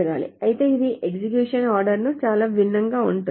అయితే ఇది execution order నుండి చాలా భిన్నంగా ఉంటుంది